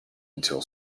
until